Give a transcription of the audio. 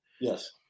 Yes